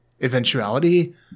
eventuality